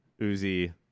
Uzi